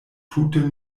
tute